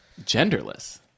genderless